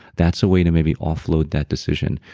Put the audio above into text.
that's a way to maybe offload that decision.